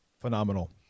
Phenomenal